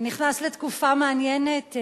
אתה נכנס לתקופה מעניינת.